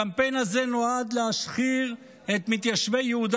הקמפיין הזה נועד להשחיר את מתיישבי יהודה